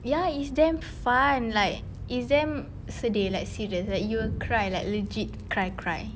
ya it's damn fun like it's damn sedih like serious like you will cry like legit cry cry